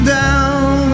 down